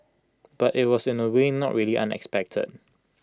but IT was in A way not really unexpected